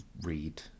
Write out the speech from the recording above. read